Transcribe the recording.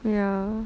yeah